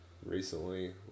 recently